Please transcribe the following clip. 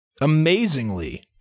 Amazingly